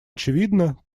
очевидно